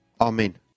Amen